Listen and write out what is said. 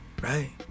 right